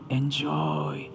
enjoy